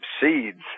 seeds